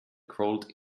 crawled